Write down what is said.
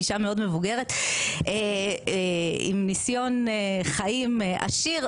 אישה מאוד מבוגרת עם ניסיון חיים עשיר,